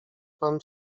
pan